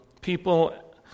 people